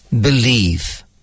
believe